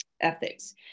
ethics